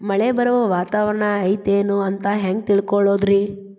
ಮಳೆ ಬರುವ ವಾತಾವರಣ ಐತೇನು ಅಂತ ಹೆಂಗ್ ತಿಳುಕೊಳ್ಳೋದು ರಿ?